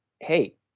Hey